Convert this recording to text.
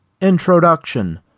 Introduction